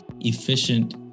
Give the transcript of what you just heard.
efficient